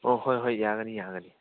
ꯑꯣ ꯍꯣꯏ ꯍꯣꯏ ꯌꯥꯒꯅꯤ ꯌꯥꯒꯅꯤ